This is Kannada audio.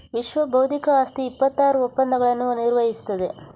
ವಿಶ್ವಬೌದ್ಧಿಕ ಆಸ್ತಿ ಇಪ್ಪತ್ತಾರು ಒಪ್ಪಂದಗಳನ್ನು ನಿರ್ವಹಿಸುತ್ತದೆ